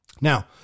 Now